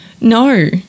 no